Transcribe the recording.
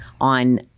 on